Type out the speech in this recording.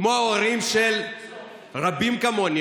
כמו ההורים של רבים כמוני,